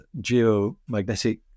geomagnetic